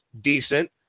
decent